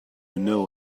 know